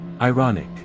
Ironic